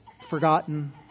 forgotten